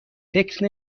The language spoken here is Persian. فکر